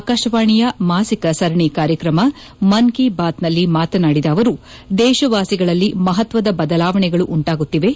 ಆಕಾಶವಾಣಿಯ ಮಾಸಿಕ ಸರಣಿ ಕಾರ್ಯಕ್ರಮ ಮನ್ ಕಿ ಬಾತ್ ನಲ್ಲಿ ಮಾತನಾಡಿದ ಅವರು ದೇಶವಾಸಿಗಳಲ್ಲಿ ಮಹತ್ವದ ಬದಲಾವಣೆಗಳು ಉಂಟಾಗುತ್ತಿವೆ